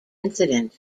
incident